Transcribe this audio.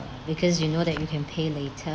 because you know that you can pay later